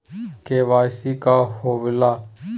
KYC का होवेला?